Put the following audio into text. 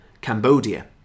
Cambodia